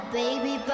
baby